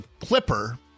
clipper